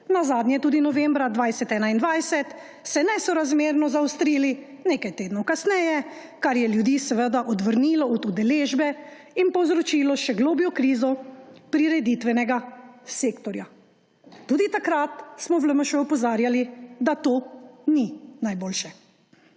Nazadnje tudi novembra 2020/21 so nesorazmerno zaostrili nekaj tednov kasneje, kar je ljudi seveda odvrnilo od udeležbe in povzročilo še globljo krizo prireditvenega sektorja. Tudi takrat smo v LMŠ opozarjali, da to ni najboljše.